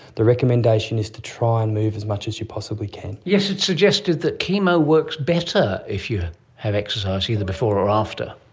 the recommendation is to try and move as much as you possibly can. yes, it's suggested that chemo works better if you have exercise, either before or after.